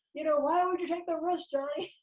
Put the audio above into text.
you know, why would you take the risk,